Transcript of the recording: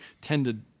tended